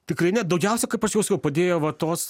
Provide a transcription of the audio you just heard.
tikrai ne daugiausia kaip aš jau sakiau padėjo va tos